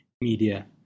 media